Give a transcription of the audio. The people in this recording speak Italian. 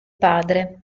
padre